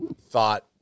thought